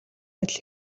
адил